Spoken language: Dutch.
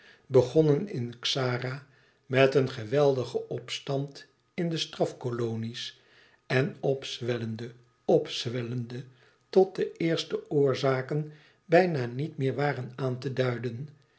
begonnen in xara met een geweldigen opstand in de strafkolonie's en opzwellende opzwellende tot de eerste oorzaken bijna niet meer waren aan te duiden